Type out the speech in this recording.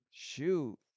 Shoot